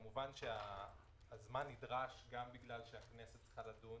כמובן שהזמן נדרש גם בגלל שהכנסת צריכה לדון